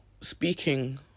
speaking